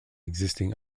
existing